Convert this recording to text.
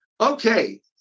Okay